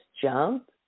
jump